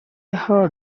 heard